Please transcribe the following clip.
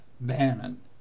Bannon